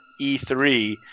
E3